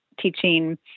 teaching